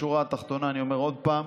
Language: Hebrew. בשורה התחתונה, אני אומר עוד פעם: